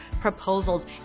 proposals